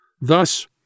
Thus